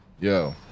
Yo